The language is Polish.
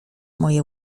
moje